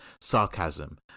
sarcasm